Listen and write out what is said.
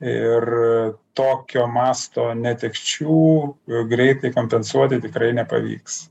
ir tokio masto netekčių jau greitai kompensuoti tikrai nepavyks